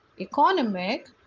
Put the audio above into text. economic